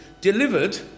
delivered